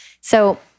So-